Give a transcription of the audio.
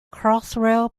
crossrail